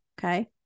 Okay